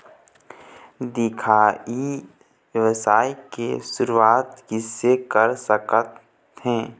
दिखाही ई व्यवसाय के शुरुआत किसे कर सकत हे?